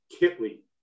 Kitley